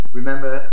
remember